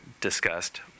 discussed